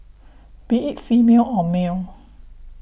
be it female or male